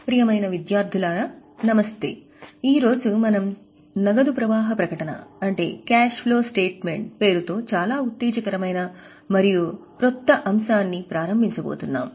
ప్రియమైన విద్యార్థులారా నమస్తే ఈ రోజు మనం నగదు ప్రవాహ ప్రకటన అంటే క్యాష్ ఫ్లో స్టేట్మెంట్ పేరుతో చాలా ఉత్తేజకరమైన మరియు క్రొత్త అంశాన్ని ప్రారంభించబోతున్నాము